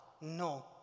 no